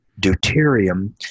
deuterium